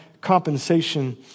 compensation